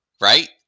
right